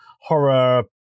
horror